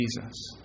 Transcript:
Jesus